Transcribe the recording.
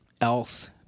else